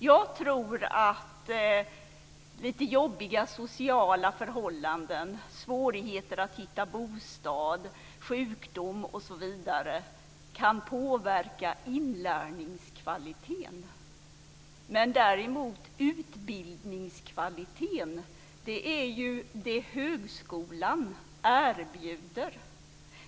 Jag tror att lite jobbiga sociala förhållanden, svårigheter att hitta bostad, sjukdom osv. kan påverka inlärningskvaliteten. Utbildningskvaliteten däremot är det som högskolan erbjuder.